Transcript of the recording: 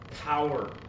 power